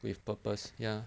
with purpose ya